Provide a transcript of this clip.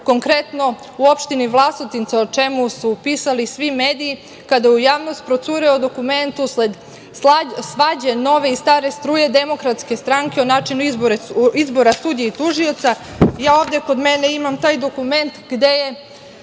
konkretno u opštini Vlasotince, o čemu su pisali svi mediji kada je u javnost procureo dokument usled svađe nove i stare struje DS o načinu izbora sudija i tužioca. Ovde kod mene imam taj dokument gde su